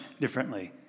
differently